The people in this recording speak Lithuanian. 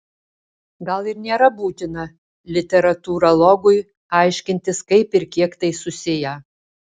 gal ir nėra būtina literatūrologui aiškintis kaip ir kiek tai susiję